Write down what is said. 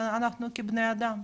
ואנחנו כבני אדם.